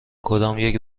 کدامیک